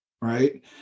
right